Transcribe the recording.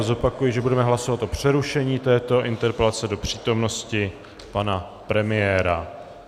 Zopakuji, že budeme hlasovat o přerušení této interpelace do přítomnosti pana premiéra.